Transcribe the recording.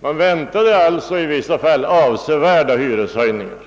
Man väntade således i vissa fall avsevärda hyreshöjningar.